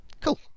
cool